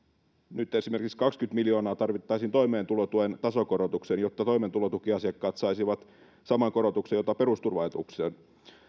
nyt esimerkiksi kaksikymmentä miljoonaa tarvittaisiin toimeentulotuen tasokorotukseen jotta toimeentulotukiasiakkaat saisivat saman korotuksen jota perusturvaetuuksien